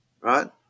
right